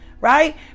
Right